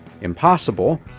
impossible